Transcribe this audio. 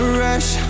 rush